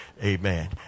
Amen